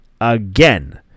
Again